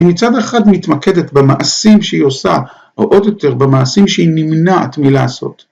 היא מצד אחד מתמקדת במעשים שהיא עושה, או עוד יותר, במעשים שהיא נמנעת מלעשות.